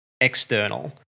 external